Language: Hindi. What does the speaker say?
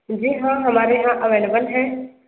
जी हाँ हमारे यहाँ अवेलेबल है